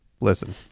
Listen